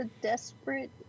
desperate